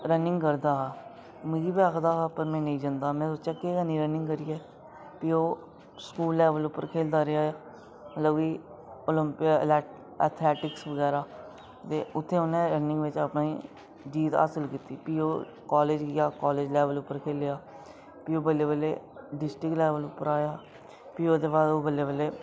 running करदा हा मिगी बी आखदा हा पर मीं निं जंदा हा महां केह् करनी रनिंग करियै ते ओह् स्कूल लैवल उप्पर खेढदा रेहा ऐ मतलब कि ओलंपिक एथलैटिक्स बगैरा ते उत्थै उन्नै रनिंग बिच अपनी जीत हासिल कीती फ्ही ओह् कॉलेज गेआ कॉलेज लैवल उप्पर खेढेआ फ्ही बल्लें बल्लें डिस्ट्रिक लैवर उप्पर आया फ्ही ओह्दे बाद ओह् बल्लें बल्लें